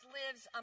lives